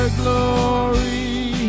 glory